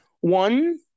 one